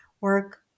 work